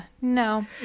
No